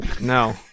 No